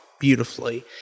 beautifully